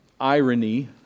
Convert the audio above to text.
irony